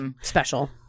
special